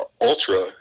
Ultra